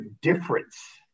difference